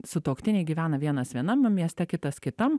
sutuoktiniai gyvena vienas vienam mieste kitas kitam